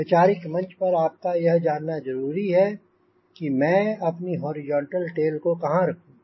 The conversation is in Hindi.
वैचारिक मंच पर आपका जानना जरूरी है कि मैं अपनी हॉरिजॉन्टल टेल को कहांँ रखूँ